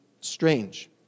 strange